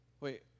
Wait